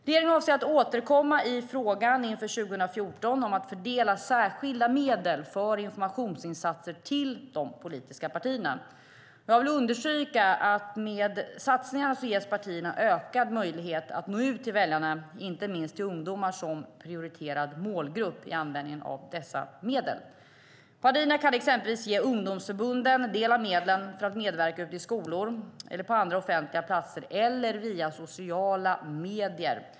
Regeringen avser att inför 2014 återkomma i frågan om att fördela särskilda medel för informationsinsatser till de politiska partierna. Jag vill understryka att med satsningarna ges partierna ökad möjlighet att nå ut till väljarna, inte minst till ungdomar som är en prioriterad målgrupp i användningen av dessa medel. Partierna kan exempelvis ge ungdomsförbunden del av medlen för att medverka ute i skolor, på andra offentliga platser eller via sociala medier.